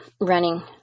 running